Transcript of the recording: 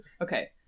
Okay